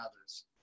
others